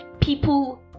People